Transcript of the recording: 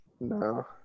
No